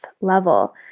level